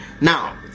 Now